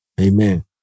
Amen